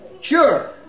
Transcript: Sure